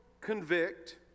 convict